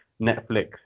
netflix